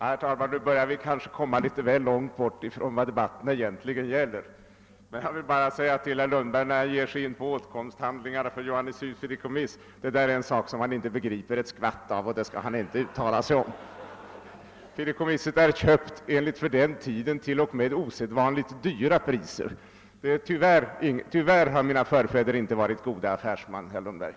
Herr talman! Nu börjar vi kanske komma litet väl långt bort från vad debatten egentligen gäller. Men jag vill bara säga till herr Lundberg, när han ger sig in på att tala om åtkomsthandlingarna för Johannishus fideikommiss, att det är en sak som han inte begriper ett skvatt av och som han inte skall uttala sig om. Fideikommisset är köpt till för den tiden t.o.m. osedvanligt höga priser. Tyvärr har mina förfäder inte varit goda affärsmän, herr Lundberg.